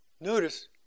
notice